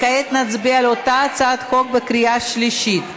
וכעת נצביע על אותה הצעת חוק בקריאה שלישית.